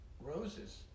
roses